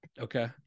Okay